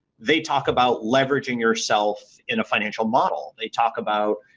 they talk about leveraging yourself in a financial model. they talk about